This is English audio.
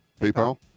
PayPal